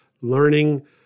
learning